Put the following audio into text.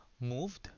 moved